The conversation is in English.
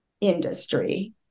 industry